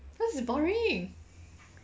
cause it's boring